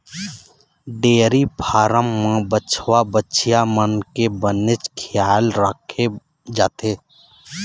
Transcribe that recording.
dairy farm म बछवा, बछिया मन के बनेच खियाल राखे जाथे